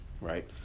right